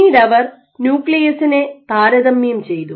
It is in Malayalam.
പിന്നീടവർ ന്യൂക്ലിയസിനെ താരതമ്യം ചെയ്തു